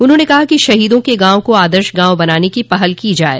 उन्होंने कहा कि शहीदों के गांव को आदर्श गांव बनाने की पहल की जाये